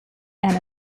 and